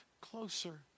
closer